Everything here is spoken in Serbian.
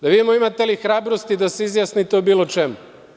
Da vidimo imate li hrabrosti da se izjasnite o bilo čemu?